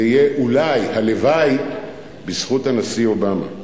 זה יהיה אולי, הלוואי, בזכות הנשיא אובמה.